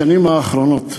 בשנים האחרונות,